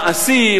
מעשי,